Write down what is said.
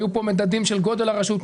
היו כאן מדדים של גודל הרשות,